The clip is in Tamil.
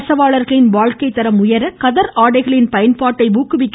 நெசவாளர்களின் வாழ்க்கை தரம் உயர கதர் ஆடைகளின் பயன்பாட்டை ஊக்குவிக்க